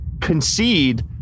concede